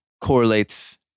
correlates